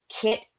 Kit